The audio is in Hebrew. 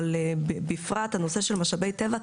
אבל בפרט הנושא של משאבי טבע,